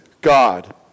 God